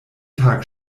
tag